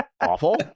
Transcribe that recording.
Awful